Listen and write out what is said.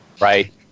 right